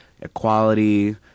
equality